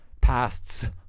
Pasts